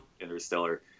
Interstellar